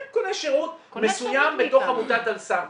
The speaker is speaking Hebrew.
כן, קונה שירות מסוים בתוך עמותת "אל סם".